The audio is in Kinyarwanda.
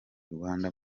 rwanda